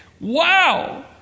wow